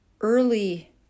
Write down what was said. early